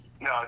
No